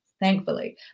thankfully